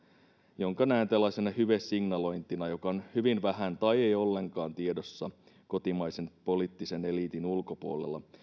jonka näen tällaisena hyvesignalointina joka on hyvin vähän tai ei ollenkaan tiedossa kotimaisen poliittisen eliitin ulkopuolella